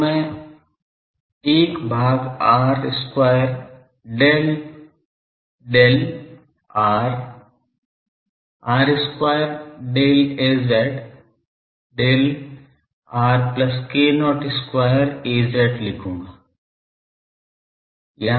तो मैं 1 भाग r square del del r r square del Az del r plus k naught square Az लिखूंगा